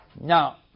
Now